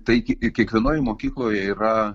taigi kiekvienoj mokykloj yra